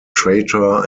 traitor